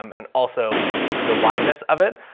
um and also the whiteness of it.